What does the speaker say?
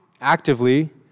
actively